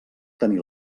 tenir